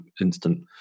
instant